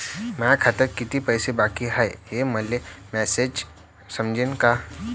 माया खात्यात कितीक पैसे बाकी हाय हे मले मॅसेजन समजनं का?